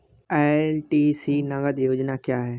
LTC नगद योजना क्या है?